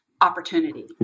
opportunity